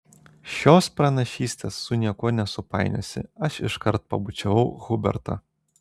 šios pranašystės su niekuo nesupainiosi aš iškart pabučiavau hubertą